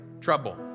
Trouble